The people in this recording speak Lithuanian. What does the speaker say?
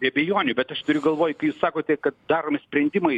be abejonių bet aš turiu galvoj kai jūs sakote kad daromi sprendimai